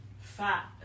fat